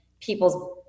people's